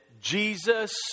Jesus